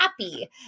happy